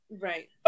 Right